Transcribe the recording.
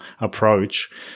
approach